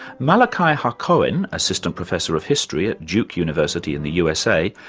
malachi hacohen, assistant professor of history at duke university in the usa,